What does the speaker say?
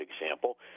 example